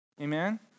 Amen